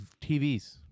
tvs